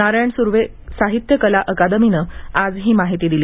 नारायण सुर्वे साहित्य कला अकादमीनं आज ही माहिती दिली